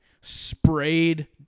sprayed